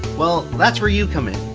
well, that's where you come in.